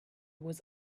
was